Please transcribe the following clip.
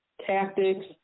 tactics